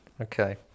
Okay